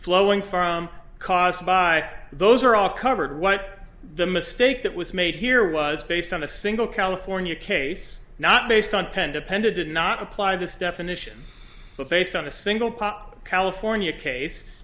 flowing far cost by those are all covered what the mistake that was made here was based on a single california case not based on ten depended did not apply this definition based on a single california case